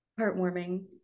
heartwarming